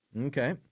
Okay